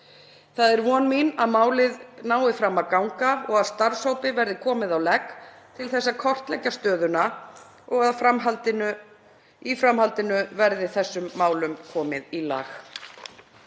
Það er von mín að málið nái fram að ganga og að starfshópi verði komið á legg til að kortleggja stöðuna og í framhaldinu verði þessum málum komið í lag.